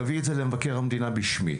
תביא את זה למבקר המדינה בשמי: